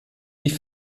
die